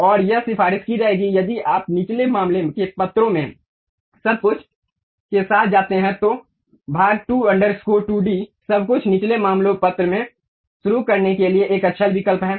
और यह सिफारिश की जाएगी यदि आप निचले मामले के पत्रों में सब कुछ के साथ जाते हैं तो भाग 2 अंडरस्कोर 2d सब कुछ निचले मामले पत्र में शुरू करने के लिए एक अच्छा विकल्प है